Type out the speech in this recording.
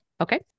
Okay